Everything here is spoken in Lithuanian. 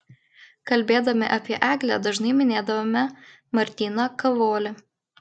kalbėdami apie eglę dažnai minėdavome martyną kavolį